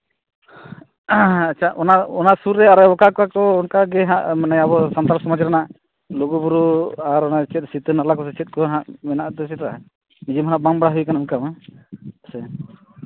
ᱟᱪᱪᱷᱟ ᱚᱱᱟ ᱥᱩᱨ ᱨᱮ ᱚᱠᱟ ᱠᱚ ᱚᱱᱠᱟ ᱜᱮ ᱦᱟᱸᱜ ᱢᱟᱱᱮ ᱟᱵᱚ ᱥᱟᱱᱛᱟᱲ ᱥᱚᱢᱟᱡᱽ ᱨᱮᱱᱟᱜ ᱞᱩᱜᱩᱼᱵᱩᱨᱩ ᱟᱨ ᱪᱮᱫ ᱥᱤᱛᱟᱹ ᱱᱟᱞᱟ ᱠᱚ ᱥᱮ ᱪᱮᱫ ᱠᱚ ᱦᱟᱸᱜ ᱢᱮᱱᱟᱜᱼᱟ ᱥᱮ ᱪᱮᱛᱟ ᱱᱤᱡᱮᱢᱟ ᱦᱟᱜ ᱵᱟᱝ ᱵᱟᱲᱟᱭ ᱦᱩᱭ ᱠᱟᱱᱟ ᱱᱚᱝᱠᱟ ᱥᱮ